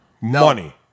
money